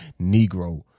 Negro